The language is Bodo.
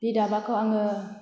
बि दाबाखौ आङो